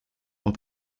und